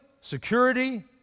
security